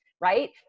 right